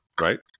Right